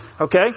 Okay